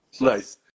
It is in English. Nice